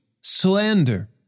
slander